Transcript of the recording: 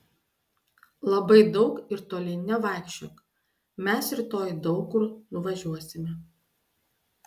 labai daug ir toli nevaikščiok mes rytoj daug kur nuvažiuosime